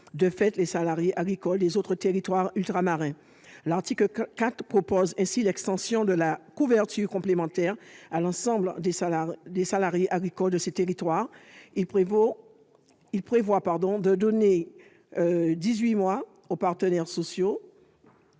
de fait les salariés agricoles des autres territoires ultramarins. L'article 4 vise ainsi à étendre la couverture complémentaire à l'ensemble des salariés agricoles de ces territoires. Il prévoit de donner dix-huit mois aux partenaires sociaux,